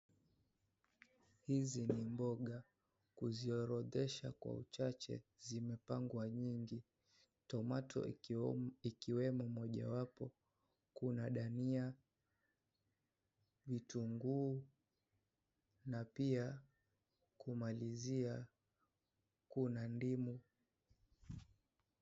Hizi ni mboga kuziorodhesha kwa uchache zimepangwa nyingi, cs(tomato)ikiwemo mojawapo , kuna dhania, vitunguu na pia kumalizia kuna ndimu.